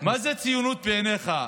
מה זה ציונות בעיניך?